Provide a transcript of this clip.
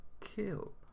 kill